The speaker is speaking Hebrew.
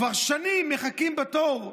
כבר שנים מחכים בתור,